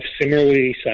similarly